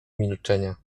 milczenia